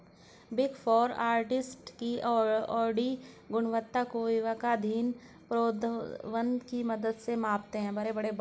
big four auditors की audit गुणवत्ता को विवेकाधीन प्रोद्भवन की मदद से मापते हैं